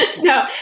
No